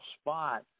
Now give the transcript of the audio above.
spot